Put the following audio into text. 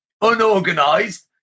unorganized